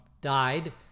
died